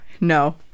no